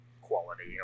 quality